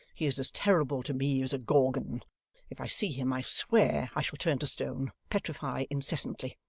he is as terrible to me as a gorgon if i see him i swear i shall turn to stone, petrify incessantly.